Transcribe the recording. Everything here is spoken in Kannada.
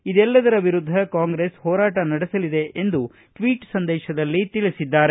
ಇದೆಲ್ಲದರ ವಿರುದ್ಧ ಕಾಂಗ್ರೆಸ್ ಹೋರಾಟ ನಡೆಸಲಿದೆ ಎಂದು ಸಂದೇಶದಲ್ಲಿ ತಿಳಿಸಿದ್ದಾರೆ